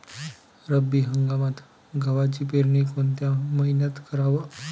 रब्बी हंगामात गव्हाची पेरनी कोनत्या मईन्यात कराव?